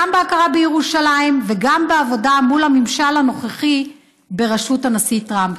גם בהכרה בירושלים וגם בעבודה מול הממשל הנוכחי בראשות הנשיא טראמפ.